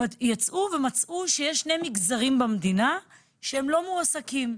יצאו ומצאו שיש שני מגזרים במדינה שהם לא מועסקים,